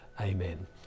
Amen